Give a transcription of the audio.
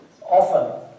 Often